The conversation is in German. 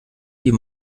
die